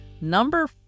number